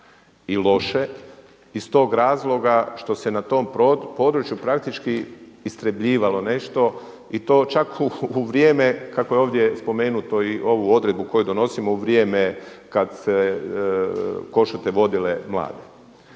i loše iz tog razloga što se na tom području praktički istrebljivalo nešto i to čak u vrijeme kako je ovdje spomenuto i ovu odredbu koju donosimo u vrijeme kad su košute vodile mlade.